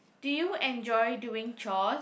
do you enjoy doing chores